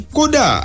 Koda